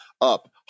up